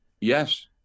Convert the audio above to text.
yes